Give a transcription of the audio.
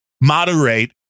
moderate